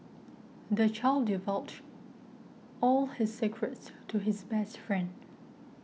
the child divulged all his secrets to his best friend